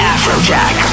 Afrojack